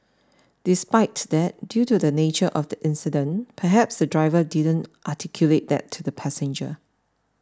despite that due to the nature of the incident perhaps the driver didn't articulate that to the passenger